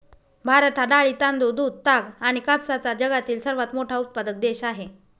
भारत हा डाळी, तांदूळ, दूध, ताग आणि कापसाचा जगातील सर्वात मोठा उत्पादक देश आहे